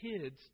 kids